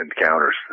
encounters